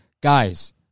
guys